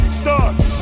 start